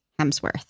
Hemsworth